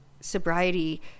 sobriety